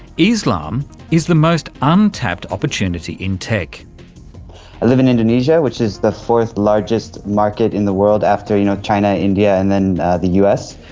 islam is the most untapped opportunity in live in indonesia, which is the fourth largest market in the world after you know china, india and then the us.